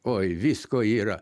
oi visko yra